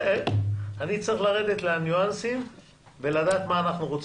אני צריך לרדת לניואנסים ולדעת מה אנחנו רוצים.